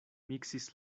miksis